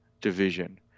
division